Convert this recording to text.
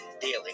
daily